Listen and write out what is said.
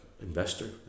investor